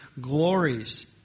glories